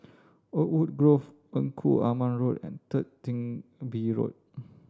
Oakwood Grove Engku Aman Road and Third Chin Bee Road